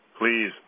Please